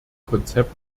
konzept